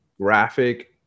graphic